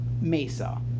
Mesa